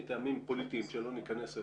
מטעמים פוליטיים שלא ניכנס אליהם,